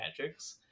magics